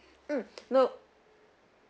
mm no